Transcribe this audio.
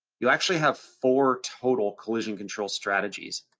you actually have four total collision control strategies,